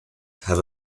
have